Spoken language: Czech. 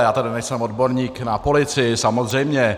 Já tedy nejsem odborník na policii, samozřejmě.